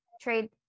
trade